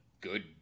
good